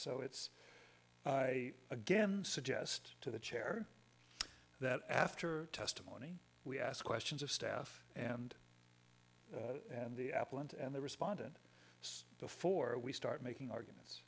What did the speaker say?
so it's i again suggest to the chair that after testimony we ask questions of staff and the apple and the respondent before we start making arguments